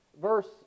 Verse